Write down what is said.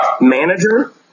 manager